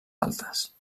altes